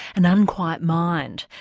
an unquiet mind,